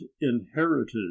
inherited